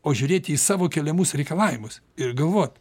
o žiūrėti į savo keliamus reikalavimus ir galvot